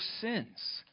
sins